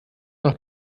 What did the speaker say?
noch